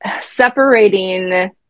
separating